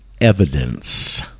evidence